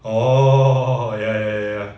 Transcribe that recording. orh ya ya ya